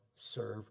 serve